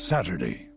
Saturday